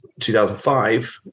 2005